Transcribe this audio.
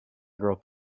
girl